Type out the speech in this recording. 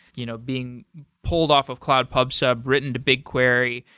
you know being pulled off of cloud pub sub, written to bigquery.